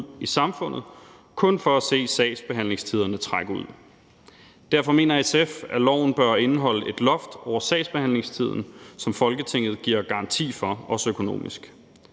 i samfundet, kun for at se sagsbehandlingstiderne trække ud. Derfor mener SF, at loven bør indeholde et loft over sagsbehandlingstiden, som Folketinget giver garanti for, også økonomisk,